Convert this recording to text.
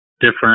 different